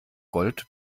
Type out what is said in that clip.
gold